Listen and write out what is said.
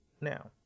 now